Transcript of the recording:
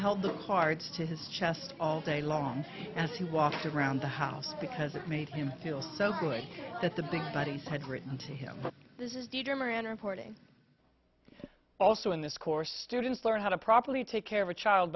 held the cards to his chest all day long as he walked around the house because it made him feel so good that the big buddies had written to him this is the dream or enter porting also in this course students learn how to properly take care of a child